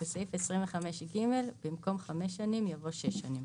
בסעיף 25(ג), במקום "חמש שנים" יבוא "שש שנים".